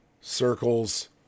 circles